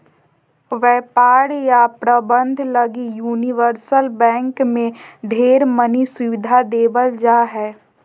व्यापार या प्रबन्धन लगी यूनिवर्सल बैंक मे ढेर मनी सुविधा देवल जा हय